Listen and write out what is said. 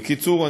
בקיצור,